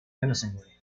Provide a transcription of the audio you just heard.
menacingly